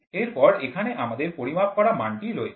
এরপর এখানে আমাদের পরিমাপ করা মানটি রয়েছে